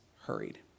hurried